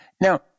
now